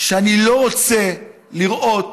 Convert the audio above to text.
שאני לא רוצה לראות